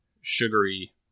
sugary